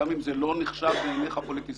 גם אם זה לא נחשב בעיניך פוליטיזציה,